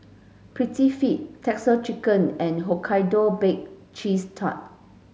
Prettyfit Texas Chicken and Hokkaido Baked Cheese Tart